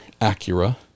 Acura